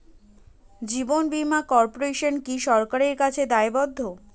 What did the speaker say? জীবন বীমা কর্পোরেশন কি সরকারের কাছে দায়বদ্ধ?